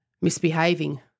misbehaving